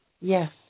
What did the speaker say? Yes